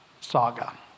Saga